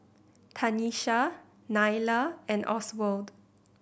Tanisha Nylah and Oswald